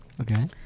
Okay